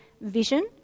vision